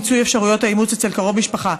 מיצוי אפשרויות האימוץ אצל קרוב משפחה),